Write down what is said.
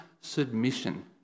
submission